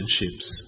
relationships